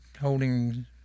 holding